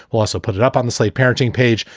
we'll also put it up on the slate parenting page.